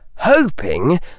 hoping